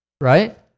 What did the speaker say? right